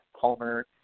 Palmer